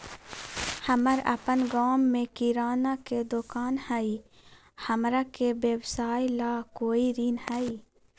हमर अपन गांव में किराना के दुकान हई, हमरा के व्यवसाय ला कोई ऋण हई?